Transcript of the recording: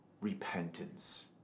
repentance